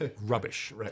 rubbish